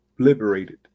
liberated